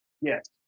Yes